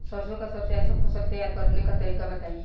सरसों का सबसे अच्छा फसल तैयार करने का तरीका बताई